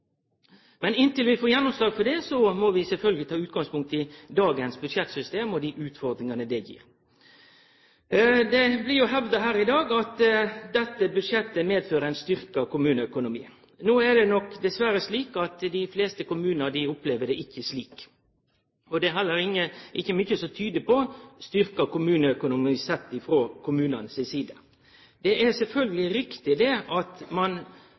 må vi sjølvsagt ta utgangspunkt i dagens budsjettsystem og dei utfordringane det gir. Det blir hevda her i dag at dette budsjettet medfører ein styrkt kommuneøkonomi. No er det nok dessverre slik at dei fleste kommunar opplever det ikkje slik. Det er heller ikkje mykje som tyder på styrkt kommuneøkonomi, sett frå kommunane si side. Det er sjølvsagt riktig at ein løyver meir pengar til neste år enn for inneverande år, men det er også ein